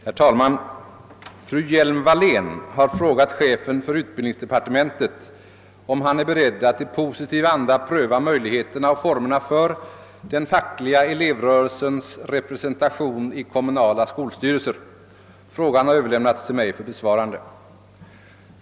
Herr talman! Fru Hjelm-Wallén har frågat chefen för utbildningsdepartementet, om han är beredd att i positiv anda pröva möjligheterna och formerna för den fackliga elevrörelsens representation i kommunala skolstyrelser. Frågan har överlämnats till mig för besvarande.